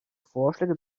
vorschläge